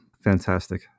Fantastic